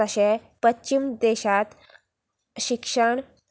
तशें पश्चीम देशांत शिक्षण